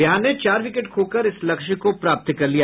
बिहार ने चार विकेट खोकर लक्ष्य को प्राप्त कर लिया